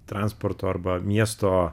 transporto arba miesto